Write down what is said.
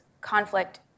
conflict